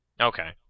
Okay